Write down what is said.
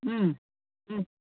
ಹ್ಞೂ ಹ್ಞೂ